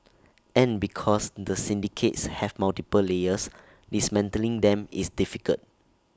and because the syndicates have multiple layers dismantling them is difficult